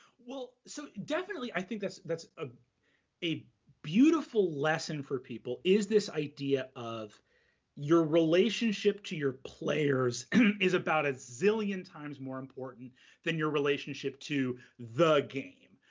well, so definitely i think that's that's ah a beautiful lesson for people, is this idea of your relationship to your players is about a zillion times more important than your relationship to the game.